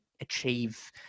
achieve